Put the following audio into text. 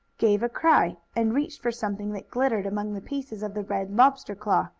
gave a cry, and reached for something that glittered among the pieces of the red lobster claw.